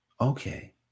Okay